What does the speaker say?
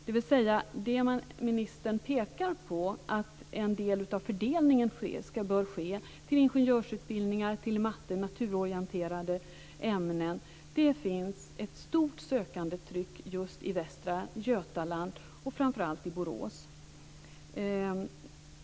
När det gäller det som ministern pekar på, att en del av fördelningen av platser bör ske till ingenjörsutbildningar, matte och naturorienterande ämnen, finns det alltså ett stort sökandetryck i just Västra Götaland, framför allt i Borås.